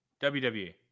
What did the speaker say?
WWE